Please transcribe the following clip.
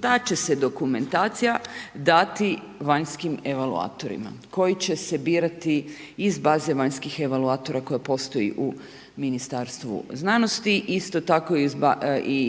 Ta će se dokumentacija dati vanjskim evakuatorima, koji će se birati iz baze vanjskih evakuatora koji postoje u Ministarstvu znanosti isto tako i